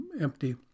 empty